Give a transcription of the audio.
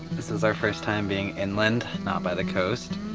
this is our first time being inland, not by the coast.